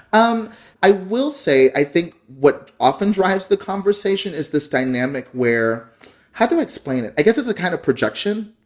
um i will say i think what often drives the conversation is this dynamic where how do i explain it? i guess it's a kind of projection.